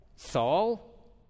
Saul